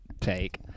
take